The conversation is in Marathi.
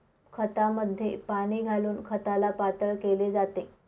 खतामध्ये पाणी घालून खताला पातळ केले जाते